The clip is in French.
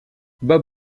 bob